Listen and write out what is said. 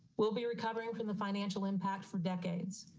will be recovering from the financial impact for decades,